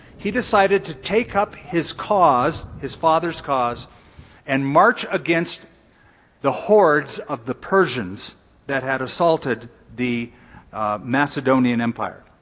he decided to take up his cause his father's cause and march against the hordes of the persians that had assaulted the macedonian empire.